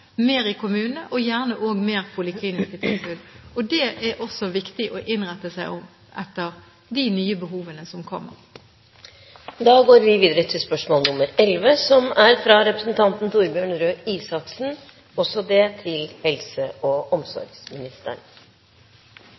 mer i kommunene og gjerne også mer polikliniske tilbud. Det er også viktig å innrette seg etter de nye behovene som kommer.